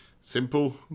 simple